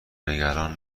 نگران